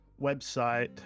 website